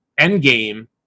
Endgame